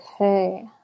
okay